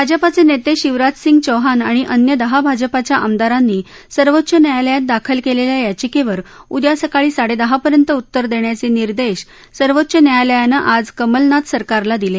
भाजापाचे नेते शिवराजसिंग चौहान आणि अन्य दहा भाजपाच्या आमदारांनी सर्वोच्च न्यायालयात दाखल केलेल्या याचिकेवर उद्या सकाळी साडे दहा पर्यंत उतर देण्याचे निर्देश सर्वोच्च न्यायालयानं आज कमलनाथ सरकारला दिले